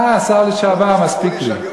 אתה השר לשעבר, מספיק לי.